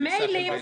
מיילים כאלה.